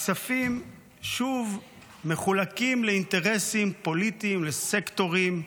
הכספים שוב מחולקים לאינטרסים פוליטיים, לסקטורים.